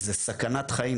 זה סכנת חיים.